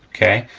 okay?